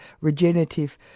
Regenerative